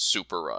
Super